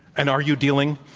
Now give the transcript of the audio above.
and are you dealing?